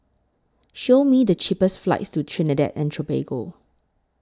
Show Me The cheapest flights to Trinidad and Tobago